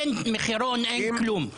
אין מחירון, אין כלום.